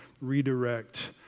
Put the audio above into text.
redirect